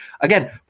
Again